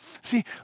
See